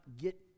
get